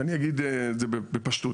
אז אני אגיד את זה בפשטות.